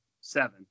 seven